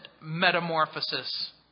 metamorphosis